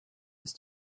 ist